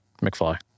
McFly